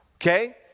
Okay